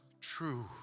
true